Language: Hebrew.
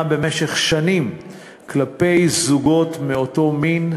במשך שנים כלפי זוגות מאותו מין,